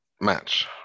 match